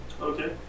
Okay